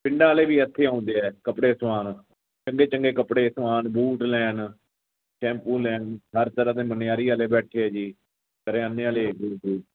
ਪਿੰਡਾਂ ਵਾਲੇ ਵੀ ਇੱਥੇ ਆਉਂਦੇ ਆ ਕੱਪੜੇ ਸਿਵਾਉਣ ਚੰਗੇ ਚੰਗੇ ਕੱਪੜੇ ਸਿਵਾਉਣ ਬੂਟ ਲੈਣ ਟੈਂਪੋ ਲੈਣ ਹਰ ਤਰਾਂ ਦੇ ਮਨਿਆਰੀ ਵਾਲੇ ਬੈਠੇ ਆ ਜੀ ਕਰਿਆਨੇ ਵਾਲੇ ਹੈਗੇ